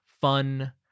fun